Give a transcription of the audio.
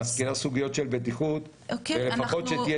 אבל את מזכירה סוגיות של בטיחות אז לפחות שתהיה